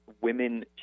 women